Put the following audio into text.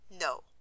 No